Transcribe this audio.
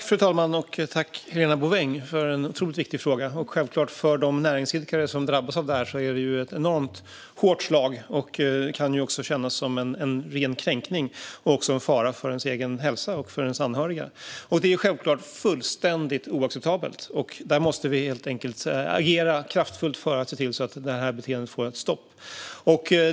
Fru talman! Tack för en otroligt viktig fråga, Helena Bouveng! Självklart är det ett enormt hårt slag för de näringsidkare som drabbas av det här. Det kan kännas som en ren kränkning och också innebära en fara för ens egen hälsa och för ens anhöriga. Detta är självklart fullständigt oacceptabelt, och vi måste agera kraftfullt för att få ett stopp på det här beteendet.